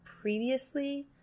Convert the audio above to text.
previously